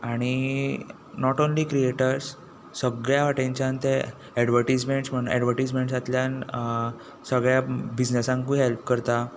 आनी not only creators सगळ्या वटेनच्यान ते एडवर्टीसमॅन्टांतल्यान सगळ्या बिझनेसांकूय हॅल्प करता